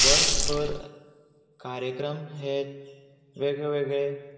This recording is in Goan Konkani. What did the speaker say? वर्स भर कार्यक्रम हे वेगळे वेगळे